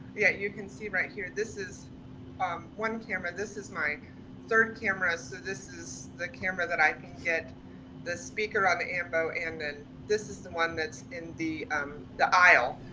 yeah, you can see right here, this is um one camera, this is my third camera. so this is the camera that i can get the speaker of the ambo and then this is the one that's in the um the aisle,